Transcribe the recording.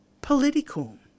political